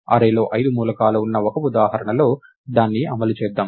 array లో ఐదు మూలకాలు ఉన్న ఒక ఉదాహరణలో దాన్ని అమలు చేద్దాం